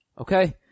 Okay